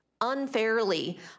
unfairly